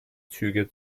züge